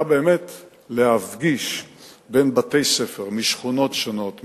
היה באמת להפגיש בין בתי-ספר משכונות שונות,